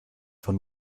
von